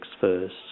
first